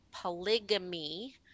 polygamy